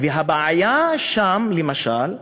והבעיה שם, למשל,